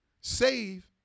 save